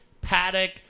Paddock